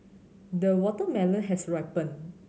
the watermelon has ripened